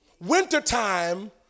Wintertime